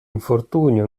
infortunio